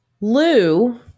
Lou